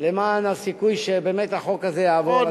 למען הסיכוי שבאמת החוק הזה יעבור,